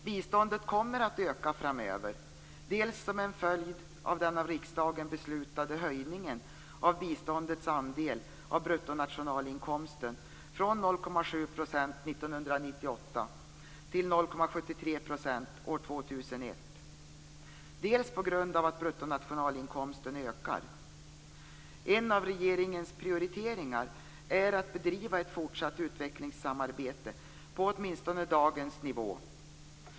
Biståndet kommer att öka framöver, dels som en följd av den av riksdagen beslutade höjningen av biståndets andel av bruttonationalinkomsten från 0,7 % år 1998 till 0,73 % år 2001, dels på grund av att bruttonationalinkomsten ökar. En av regeringens prioriteringar är att bedriva ett fortsatt utvecklingssamarbete på åtminstone dagens nivå.